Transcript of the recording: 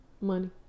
Money